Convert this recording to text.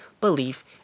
belief